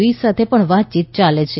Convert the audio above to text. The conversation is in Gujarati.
ઈ સાથે પણ વાતયીત ચાલે છે